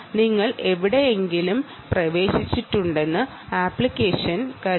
നിങ്ങൾ ശരിയായ സ്ഥലത്താകാം പ്രവേശിച്ചിട്ടുണ്ടെന്ന് ആപ്ലിക്കേഷൻ കരുതുന്നു